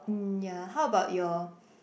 mm ya how about your